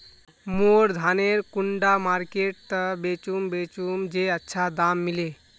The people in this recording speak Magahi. मोर धानेर कुंडा मार्केट त बेचुम बेचुम जे अच्छा दाम मिले?